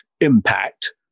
impact